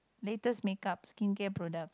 latest make up skin care products